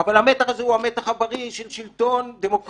אבל המתח הזה הוא המתח הבריא של שלטון דמוקרטי,